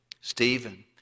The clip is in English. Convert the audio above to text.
Stephen